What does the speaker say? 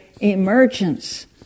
emergence